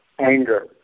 anger